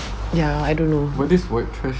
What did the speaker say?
ya I don't know